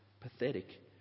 Pathetic